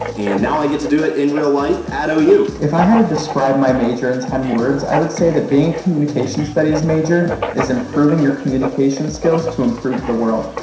and now i get to do it in real life at ah yeah ou. if i had to describe my major in ten words, i would say that being a communication studies major is improving your communication skills to improve the world.